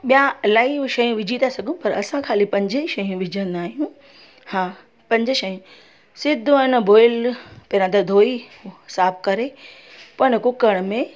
ॿिया इलाही बि शयूं विझी था सघूं पर असां ख़ाली पंज ई शयूं विझंदा आहियूं हा पंज शयूं सिधो अन बॉएल पहिरां त धोई साफ़ु करे पर कुकर में